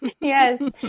Yes